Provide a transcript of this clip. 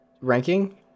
ranking